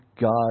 God